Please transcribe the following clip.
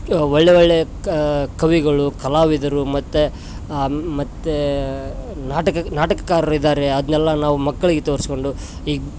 ಒಳ್ಳೆಯ ಒಳ್ಳೆಯ ಕವಿಗಳು ಕಲಾವಿದರು ಮತ್ತು ಮತ್ತು ನಾಟಕ ನಾಟಕಕರರು ಇದ್ದಾರೆ ಅದನ್ನೆಲ್ಲ ನಾವು ಮಕ್ಕಳಿಗೆ ತೋರ್ಸ್ಕೊಂಡು ಈ